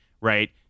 right